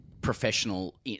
professional